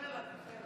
דוחה לה, דוחה לה.